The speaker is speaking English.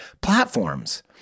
platforms